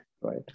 right